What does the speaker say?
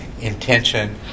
intention